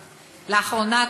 לאחרונה,